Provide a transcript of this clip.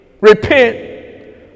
Repent